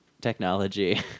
technology